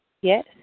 yes